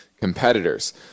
competitors